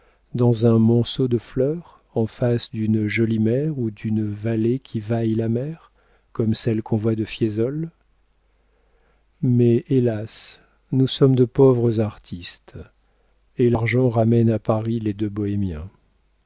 dans un monceau de fleurs en face d'une jolie mer ou d'une vallée qui vaille la mer comme celle qu'on voit de fiesole mais hélas nous sommes de pauvres artistes et l'argent ramène à paris les deux bohémiens